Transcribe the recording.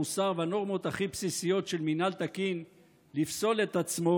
המוסר והנורמות הכי בסיסיות של מינהל תקין לפסול את עצמו